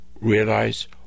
realize